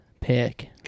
pick